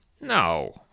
no